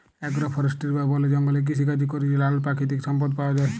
agro forestry বা বলে জঙ্গলে কৃষিকাজে ক্যরে যে লালাল পাকিতিক সম্পদ পাউয়া যায়